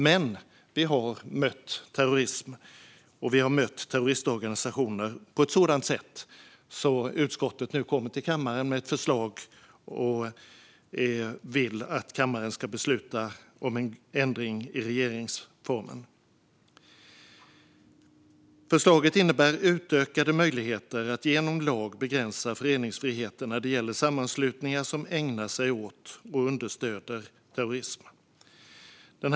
Men vi har mött terrorism, och vi har mött terroristorganisationer på ett sådant sätt att utskottet nu kommer till kammaren med ett förslag och vill att kammaren ska besluta om en ändring i regeringsformen. Förslaget innebär utökade möjligheter att genom lag begränsa föreningsfriheten när det gäller sammanslutningar som ägnar sig åt och understöder terrorism.